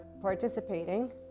participating